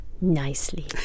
nicely